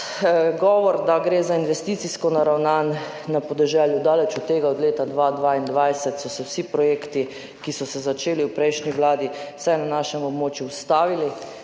govoriti, da gre za investicijsko naravnan [proračun] … Na podeželju je daleč od tega. Od leta 2022 so se vsi projekti, ki so se začeli v prejšnji vladi, vsaj na našem območju, ustavili,